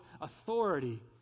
authority